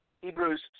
Hebrews